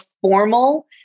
formal